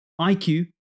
IQ